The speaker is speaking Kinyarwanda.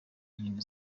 inkino